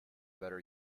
better